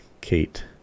Kate